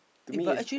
to me is